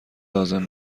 لازم